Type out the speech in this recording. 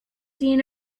seen